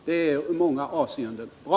Det är i många avseenden bra.